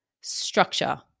structure